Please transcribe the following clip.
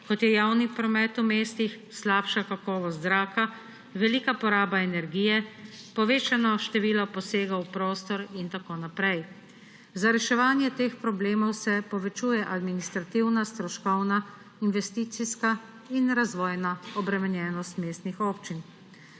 kot je javni promet v mestih, slabša kakovost zraka, velika poraba energije, povečano število posegov v prostor in tako naprej. Za reševanje teh problemov se povečuje administrativna, stroškovna, investicijska in razvojna obremenjenost mestnih občin.